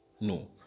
No